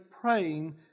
praying